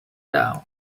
down